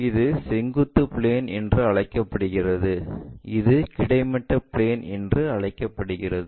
இது செங்குத்து பிளேன் என்று அழைக்கப்படுகிறது இது கிடைமட்ட பிளேன் என்று அழைக்கப்படுகிறது